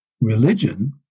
religion